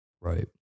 right